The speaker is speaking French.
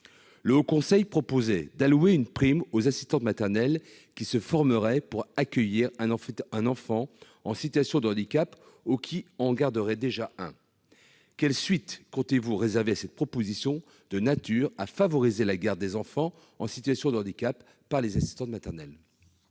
Le Haut Conseil proposait d'allouer une prime aux assistantes maternelles qui se formeraient pour accueillir un enfant en situation de handicap ou qui en garderaient déjà un. Quelles suites comptez-vous réserver à cette proposition de nature à favoriser la garde des enfants en situation de handicap par les assistantes maternelles ?